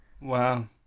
Wow